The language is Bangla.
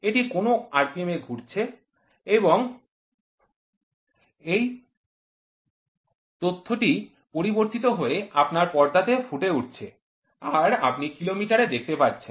এটি যেকোন rpm এ ঘুরছে এবং এই তথ্যটি পরিবর্তিত হয়ে আপনার পর্দাতে ফুটে উঠছে আর আপনি কিলোমিটার এককে তা দেখতে পাচ্ছেন